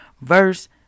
verse